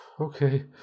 Okay